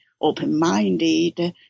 open-minded